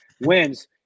wins